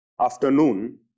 afternoon